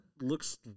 looks